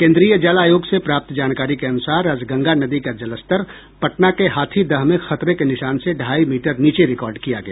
केन्द्रीय जल आयोग से प्राप्त जानकारी के अनुसार आज गंगा नदी का जलस्तर पटना के हाथीदह में खतरे के निशान से ढाई मीटर नीचे रिकॉर्ड किया गया